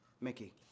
Mickey